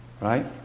right